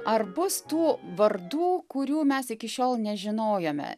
ar bus tų vardų kurių mes iki šiol nežinojome